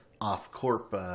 off-corp